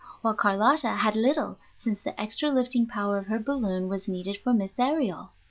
while carlotta had little, since the extra lifting-power of her balloon was needed for miss aerial.